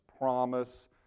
promise